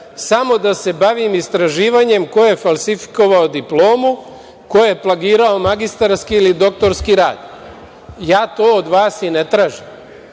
samo da se bavim istraživanjem ko je falsifikovao diplomu, ko je plagirao magistarski ili doktorski rad. Ja to od vas i ne tražim.